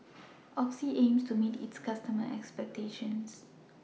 Oxy aims to meet its customers' expectations